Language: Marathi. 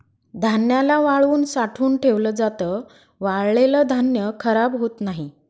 धान्याला वाळवून साठवून ठेवल जात, वाळलेल धान्य खराब होत नाही